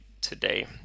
today